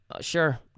sure